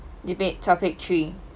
debate topic three